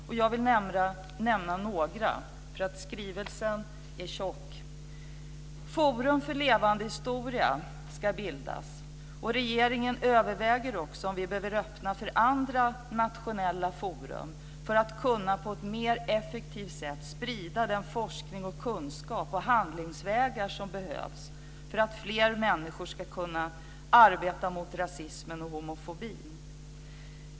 Jag vill nämna några, för skrivelsen är tjock. Forum för levande historia ska bildas, och regeringen överväger också om vi behöver öppna för andra nationella forum för att på ett mer effektivt sätt kunna sprida den forskning och kunskap om handlingsvägar som behövs för att fler människor ska kunna arbeta mot rasismen och homofobin.